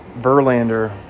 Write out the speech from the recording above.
Verlander